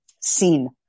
seen